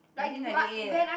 nineteen ninety eight eh